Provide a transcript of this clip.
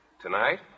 Tonight